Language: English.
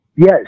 Yes